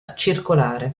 circolare